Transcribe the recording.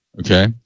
okay